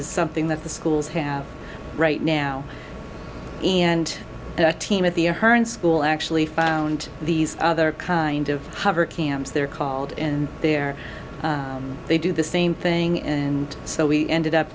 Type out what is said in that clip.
is something that the schools have right now and the team at the ahern school actually found these other kind of hover cams they're called in there they do the same thing and so we ended up